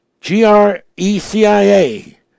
G-R-E-C-I-A